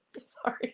Sorry